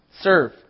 Serve